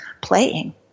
playing